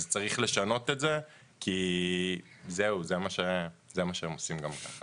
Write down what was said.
אז צריך לשנות את זה כי זה מה שהם עושים גם ככה.